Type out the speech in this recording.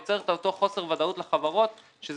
יוצר את אותו חוסר ודאות לחברות שזה